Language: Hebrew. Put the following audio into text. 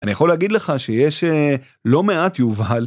אני יכול להגיד לך שיש לא מעט יובל.